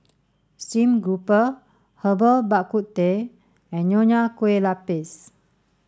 Stream Grouper Herbal Bak Ku Teh and Nonya Kueh Lapis